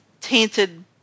tainted